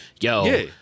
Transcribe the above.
yo